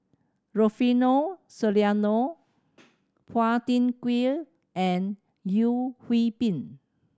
Rufino Soliano Phua Thin Kiay and Yeo Hwee Bin